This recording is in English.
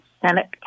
Senate